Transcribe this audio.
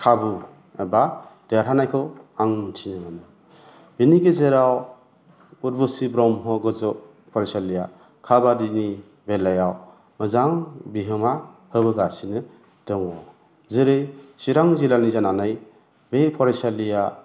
खाबु एबा देरहानायखौ आं मिथिनो मोनो बिनि गेजेराव उरबुसि ब्रह्म गोजौ फारायसालिया खाबादिनि बेलायाव मोजां बिहोमा होबोगासिनो दङ जेरै चिरां जिल्लानि जानानै बे फरायसालिआ